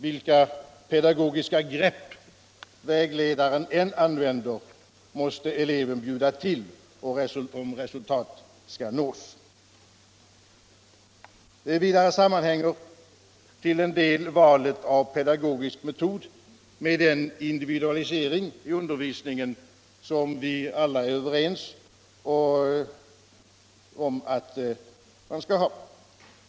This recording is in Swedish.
Vilka pedagogiska grepp vägledaren än använder, måste eleverna bjuda till om resultat skall kunna nås. Vidare sammanhänger valet av pedagogisk metod till en del med den individualisering av undervisningen, som vi alla är överens om att man skall ha.